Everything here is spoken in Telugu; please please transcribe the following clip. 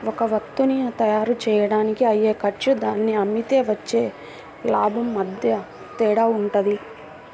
ఒక వత్తువుని తయ్యారుజెయ్యడానికి అయ్యే ఖర్చు దాన్ని అమ్మితే వచ్చే లాభం మధ్య తేడా వుంటది